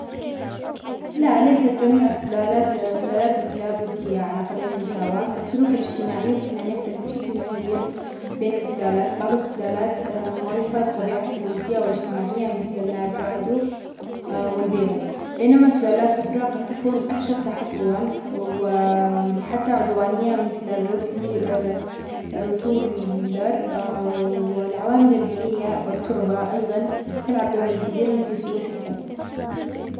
لا ليست جميع السلالات أ-سلالات الكلاب ودية على قدر المساواة، السلوك الإجتماعى يمكن أن يختلف بشكل كبير بين السلالات، بعض السلالات أ-معروفة بطبيعتها الودية والإجتماعية مثل اللابرادو والبيغل، بينما سلالات أخرى قد تكون أكثر تحفظا و-أ-حتى عدوانية مثل الروتلى-أ-الرتولى وايلر والعوامل البيئية والتربة أيظا تلعب دوراً كبيراً في سلوك الكلب.